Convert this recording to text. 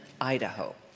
Idaho